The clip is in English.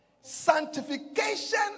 sanctification